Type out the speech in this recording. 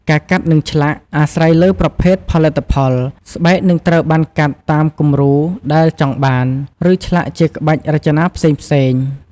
ការកាត់ និងឆ្លាក់ អាស្រ័យលើប្រភេទផលិតផល ស្បែកនឹងត្រូវបានកាត់តាមគំរូដែលចង់បាន ឬឆ្លាក់ជាក្បាច់រចនាផ្សេងៗ។